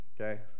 okay